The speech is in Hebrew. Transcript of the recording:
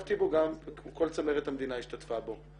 שהשתתפתי בו גם, כל צמרת המדינה השתתפה בו.